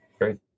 Great